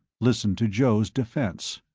listened to joe's defense.